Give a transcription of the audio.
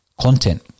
content